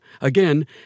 Again